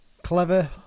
Clever